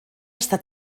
està